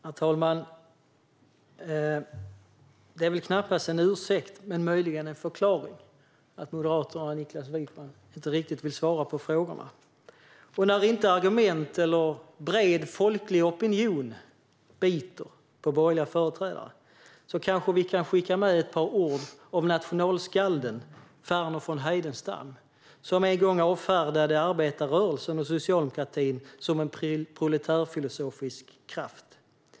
Herr talman! Det är knappast en ursäkt men möjligen en förklaring att Moderaterna och Niklas Wykman inte riktigt vill svara på frågorna. När inte argument eller bred folklig opinion biter på borgerliga företrädare kanske jag kan skicka med ett par ord av nationalskalden Werner von Heidenstam, som en gång avfärdade arbetarrörelsen och socialdemokratin som "proletärfilosofiska krafter".